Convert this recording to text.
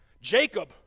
Jacob